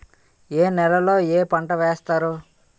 ఏ నేలలో ఏ పంట వేస్తారు?